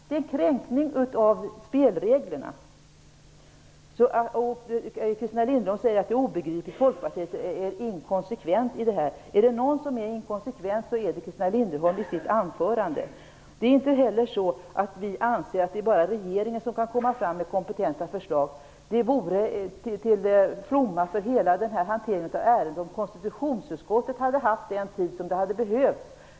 Det är en kränkning av spelreglerna. Christina Linderholm säger att det är obegripligt och att Folkpartiet är inkonsekvent. Är det någon som är inkonsekvent är det Christina Linderholm i sitt anförande. Vi anser inte att det bara är regeringen som kan komma med kompetenta förslag. Det vore till fromma för hanteringen av hela ärendet om konstitutionsutskottet hade haft den tid som hade behövts.